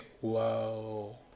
whoa